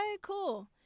cool